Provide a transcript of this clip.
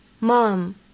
Mom